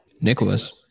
nicholas